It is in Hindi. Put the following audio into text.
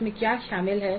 इसमें क्या शामिल है